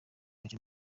gace